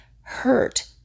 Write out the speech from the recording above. hurt